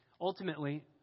Ultimately